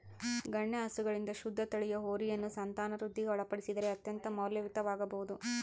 ಗಣ್ಯ ಹಸುಗಳಿಂದ ಶುದ್ಧ ತಳಿಯ ಹೋರಿಯನ್ನು ಸಂತಾನವೃದ್ಧಿಗೆ ಒಳಪಡಿಸಿದರೆ ಅತ್ಯಂತ ಮೌಲ್ಯಯುತವಾಗಬೊದು